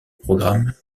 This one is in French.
programme